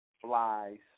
flies